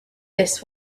this